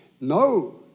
no